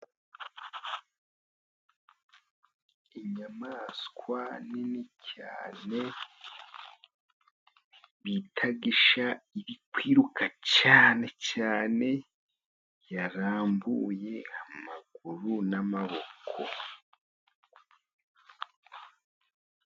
Inyamaswa nini cyane bita isha iri ikwiruka cyane cyane, yarambuye amaguru n'amaboko.